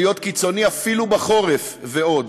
הקיצוני, אפילו בחורף, ועוד.